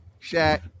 Shaq